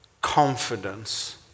confidence